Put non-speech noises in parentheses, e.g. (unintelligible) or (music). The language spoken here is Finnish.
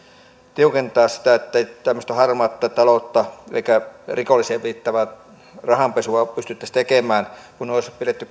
tiukentaa sitä ettei tällaista harmaata taloutta eikä rikolliseen viittaavaa rahanpesua pystyttäisi tekemään kun olisi pidetty (unintelligible)